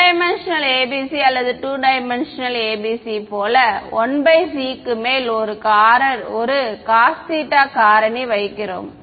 1D ABC அல்லது 2D ABC போல 1c க்கு மேல் ஒரு cosθ காரணி வைக்கிறோம்